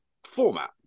format